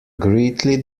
greatly